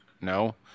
no